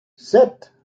sept